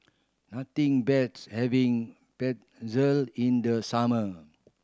nothing beats having Pretzel in the summer